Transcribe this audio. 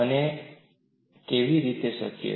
આ કેવી રીતે શક્ય છે